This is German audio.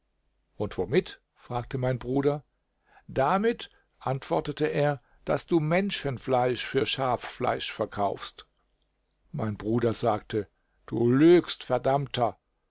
und womit fragte mein bruder damit antwortete er daß du menschenfleisch für schaffleisch verkaufst mein bruder sagte du lügst verdammter